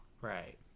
Right